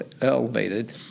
elevated